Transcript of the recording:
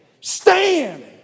Stand